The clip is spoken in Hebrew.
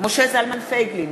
משה זלמן פייגלין,